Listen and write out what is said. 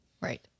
Right